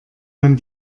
man